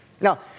Now